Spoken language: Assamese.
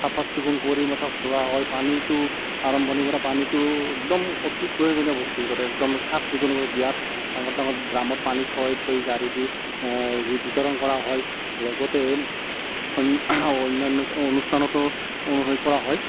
চাফা চিকুণ কৰি মাতক লোৱা হয় পানীটো আৰম্ভণিৰ পৰা পানীটো একদম অতি প্ৰয়োজনীয় বস্তু মুঠতে একদম চাফ চিকুণ বিৰাট ডাঙৰ ডাঙৰ ড্ৰামত পানী থৈ থৈ জাৰি দি বিতৰন কৰা হয় লগতে অন্যান্য অনুষ্ঠানতো হেৰি কৰা হয়